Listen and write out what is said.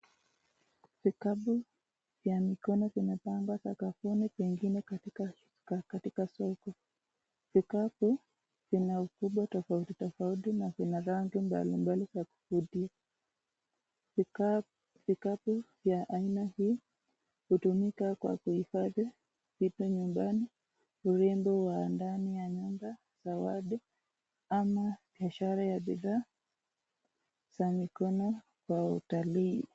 Vikapu vya mikono vimepangwa sakafuni pengine katika soko. Vikapu vina ukubwa tofauti tofauti na vina rangi mbalimbali za kuvutia. Vikapu vya aina hii hutumika kwa kuhifadhi vitu nyumbani, urembo wa ndani ya nyumba, zawadi ama biashara ya bidhaa za mikono kwa utalii.